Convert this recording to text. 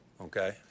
Okay